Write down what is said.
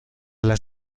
las